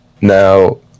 Now